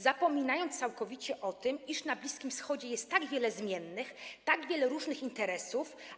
Zapomniano całkowicie o tym, iż na Bliskim Wschodzie jest tak wiele zmiennych, tak wiele różnych interesów.